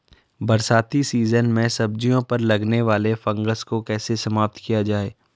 बरसाती सीजन में सब्जियों पर लगने वाले फंगस को कैसे समाप्त किया जाए?